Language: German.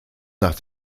nach